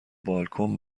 بالکن